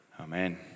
Amen